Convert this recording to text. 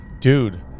Dude